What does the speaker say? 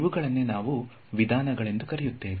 ಇವುಗಳನ್ನೇ ನಾವು ವಿಧಾನಗಳಿಂದ ಕರೆಯುತ್ತೇವೆ